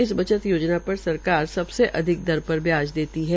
इस बचत योजना पर सरकार सबसे अधिक दर पर ब्याज दर देती है